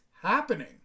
happening